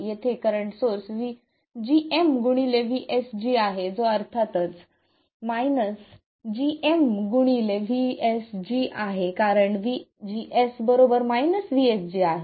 येथे current source gm vSG आहे जो अर्थात gm vGS आहे कारण vGS vSG आहे